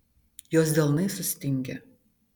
jos delnai sustingę